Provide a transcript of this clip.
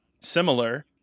similar